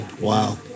Wow